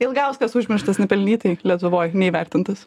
ilgauskas užmirštas nepelnytai lietuvoj neįvertintas